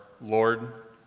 Lord